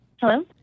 Hello